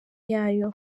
yayo